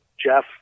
Jeff